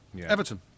Everton